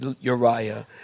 Uriah